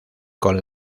con